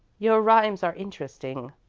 your rhymes are interesting,